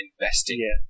investing